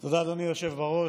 תודה, אדוני היושב-ראש.